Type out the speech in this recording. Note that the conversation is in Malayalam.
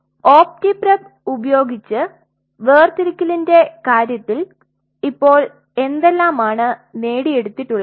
അതിനാൽ ഒപ്റ്റിപ്രെപ്പ് ഉപയോഗിച്ച് വേർതിരിക്കലിന്റെ കാര്യത്തിൽ ഇപ്പോൾ എന്തെല്ലാമാണ് നേടിയെടുത്തിട്ടുള്ളത്